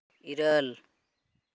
ᱤᱨᱟᱹᱞ